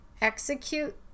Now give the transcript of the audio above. execute